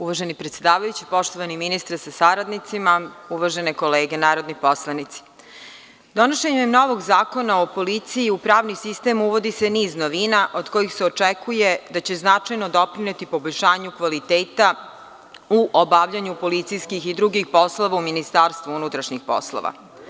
Uvaženi predsedavajući, poštovani ministre sa saradnicima, uvažene kolege narodni poslanici, donošenjem novog zakona o policiji u pravni sistem uvodi se niz novina od kojih se očekuje da će značajno doprineti poboljšanju kvaliteta u obavljanju policijskih i drugih poslova u MUP.